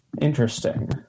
interesting